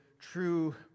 true